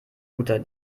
guter